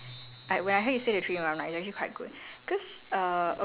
okay very good ya ya I when I heard you say the the three in one